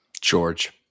George